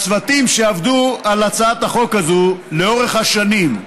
הצוותים עבדו על הצעת החוק הזאת לאורך השנים,